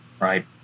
right